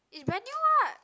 it's brand new what